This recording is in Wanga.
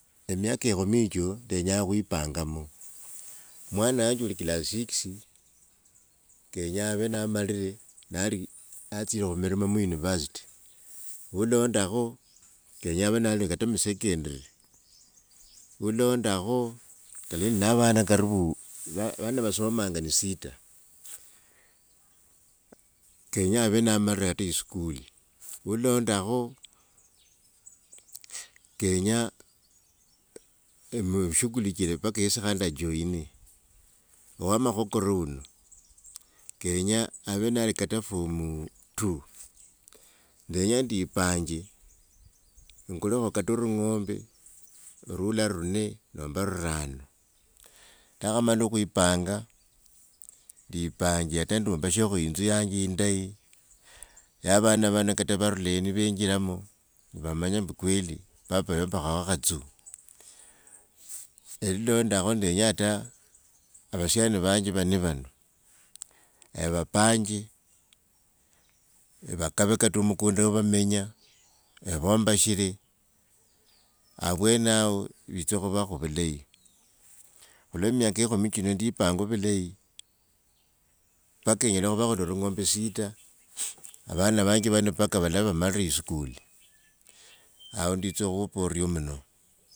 Emiaka ekhumi echo nenya khwipangamo mwana wanje uli class sikisi kenya ave namarire nali natsile khumilimo university, ulondakho kenye ave nali kate musecondary ulondakhu nave indi na vana karibuu vana vasomanga ni sita, kenya ave namarire kate isukulu. ulondakho kenya evu vashughulikie paka yesi ajoine, wa makhokoro uno kenya ave kate formu two. Ndenya ndipanje engulokho kata rung’ombe ula rune nomba rurano. Ndakhamala khwipanga ndipange hata ndumbashakho inzu yanje indeyi, ya vana vana kata nivarula eyi nivenjilamo vamanyembu kweli baba yombakhokho khatsu. londakho ninya hata avasiani vanje vane vano evapanje evakave kata omukunda wuvamenye evombashire avyonao vyitsa khuvakho vulayi, lwe miaka likhumk chino ninipanga vulayi, paka enyela khuvakho nende rung’ombe sita avana vanje vano paka valava vamare esukulu owo nditso ukhupa oriomno.